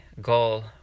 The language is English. goal